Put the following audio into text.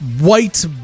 white